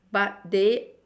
but they